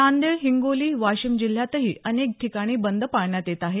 नांदेड हिंगोली वाशीम जिल्ह्यातही अनेक ठिकाणी बंद पाळण्यात येत आहे